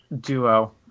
duo